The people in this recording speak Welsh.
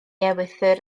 ewythr